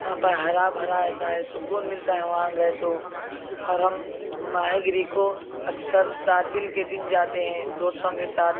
وہاں پر ہرا بھرا رہتا ہے سکون ملتا ہے وہاں گیے تو اور ہم ماہی گیری کواکثر تعطیل کے دن جاتے ہیں دوستوں کے ساتھ